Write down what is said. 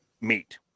meet